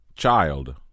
Child